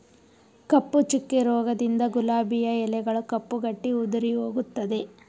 ಕಪ್ಪು ಚುಕ್ಕೆ ರೋಗದಿಂದ ಗುಲಾಬಿಯ ಎಲೆಗಳು ಕಪ್ಪು ಗಟ್ಟಿ ಉದುರಿಹೋಗುತ್ತದೆ